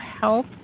help